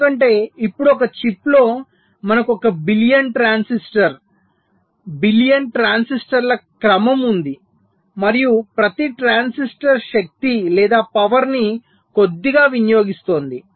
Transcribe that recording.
ఎందుకంటే ఇప్పుడు ఒక చిప్లో మనకు ఒక బిలియన్ ట్రాన్సిస్టర్ బిలియన్ల ట్రాన్సిస్టర్ల క్రమం ఉంది మరియు ప్రతి ట్రాన్సిస్టర్ శక్తి లేదా పవర్ ని కొద్దిగా వినియోగిస్తోంది